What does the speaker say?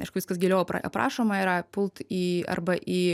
aišku viskas geriau aprašoma yra pult į arba į